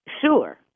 Sure